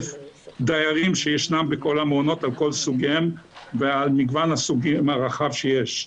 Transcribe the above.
דיירים שישנם בכל המעונות על מגוון הסוגים הרחב שיש.